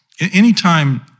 Anytime